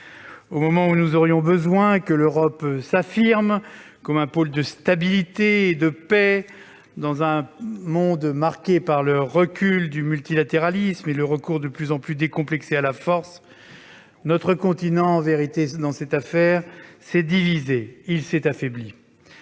Au moment où nous aurions besoin que l'Europe s'affirme comme un pôle de stabilité et de paix dans un monde marqué par le recul du multilatéralisme et le recours de plus en plus décomplexé à la force, notre continent s'est, en vérité, divisé et affaibli.